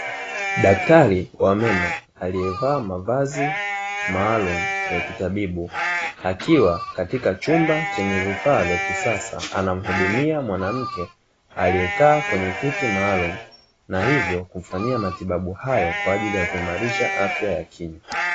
Daktari wa meno aliyevaa mavazi maalumu ya kitabibu, akiwa katika chumba chenye vifaa vya kisasa anamuhudumia mwanamke aliyekaa kwenye kiti maalumu, na hivyo kumfanyia matibabu hayo kwa ajili ya kuimarisha afya ya kinywa.